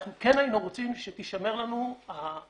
אנחנו כן היינו רוצים שתישמר לנו האפשרות